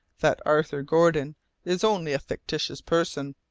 that arthur gordon is only a fictitious personage,